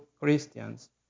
Christians